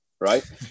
right